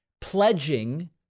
pledging